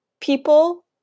people